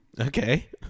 Okay